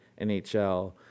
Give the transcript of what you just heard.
NHL